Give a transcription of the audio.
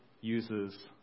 uses